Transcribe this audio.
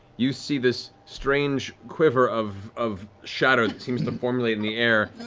you see this strange quiver of of shadow that seems to formulate in the air,